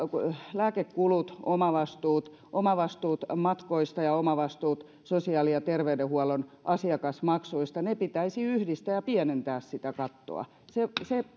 lääkekulut ja omavastuut omavastuut matkoista ja omavastuut sosiaali ja terveydenhuollon asiakasmaksuista ne pitäisi yhdistää ja pienentää sitä kattoa se